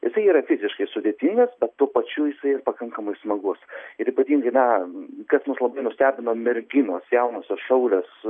jisai yra fiziškai sudėtingas bet tuo pačiu jisai ir pakankamai smagus ir ypatingai na kas mus labai nustebino merginos jaunosios šaulės